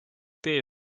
tee